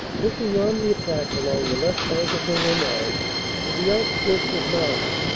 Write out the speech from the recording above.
pushing on the attack along the left bank of the rhonelle to the outskirts of marly,